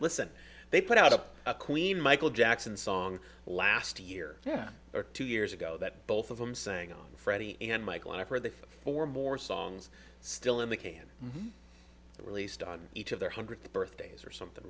listen they put out a queen michael jackson song last year yeah or two years ago that both of them saying on friday and michael and i for the four more songs still in the can be released on each of their hundredth birthday or something